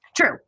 True